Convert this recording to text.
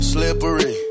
Slippery